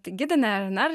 tai gidinė rnr